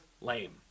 lame